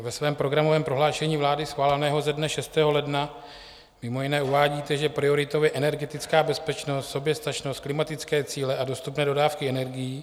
Ve svém programovém prohlášení vlády schváleném dne 6. ledna mimo jiné uvádíte, že prioritou je energetická bezpečnost, soběstačnost, klimatické cíle a dostupné dodávky energií.